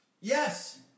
Yes